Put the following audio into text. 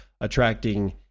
attracting